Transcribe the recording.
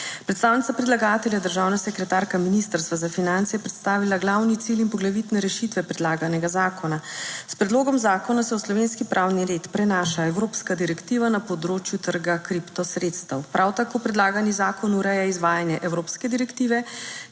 Predstavnica predlagatelja, državna sekretarka Ministrstva za finance, je predstavila glavni cilj in poglavitne rešitve predlaganega zakona. S predlogom zakona se v slovenski pravni red prenaša evropska direktiva na področju trga kriptosredstev. Prav tako predlagani zakon ureja izvajanje evropske direktive,